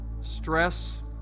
Stress